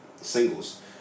singles